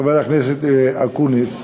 חבר הכנסת אקוניס,